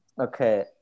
Okay